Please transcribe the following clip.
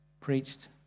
preached